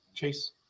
Chase